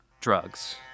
Drugs